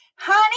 Honey